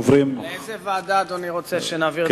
לאיזה ועדה אדוני רוצה שנעביר?